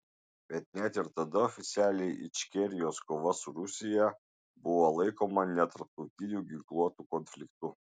bet net ir tada oficialiai ičkerijos kova su rusija buvo laikoma netarptautiniu ginkluotu konfliktu